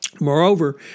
Moreover